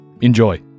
Enjoy